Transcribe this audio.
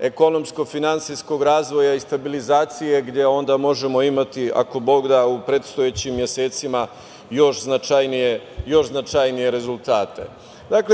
ekonomsko-finansijskog razvoja i stabilizacije gde onda možemo imati, ako Bog da, u predstojećim mesecima još značajnije rezultate.